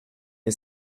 est